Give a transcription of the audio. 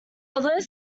although